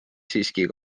siiski